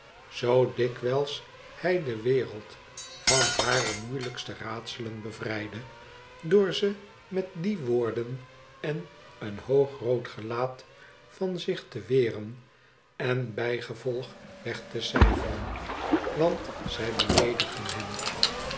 zoo dikwijls hij de wereld van hare moeilijkste raadselen bevrijdde door ze met die woorden en een hoogrood gelaat van zich te weren en bijgevolg weg te dfferen want zij beleedigden hem